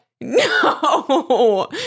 No